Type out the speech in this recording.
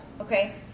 okay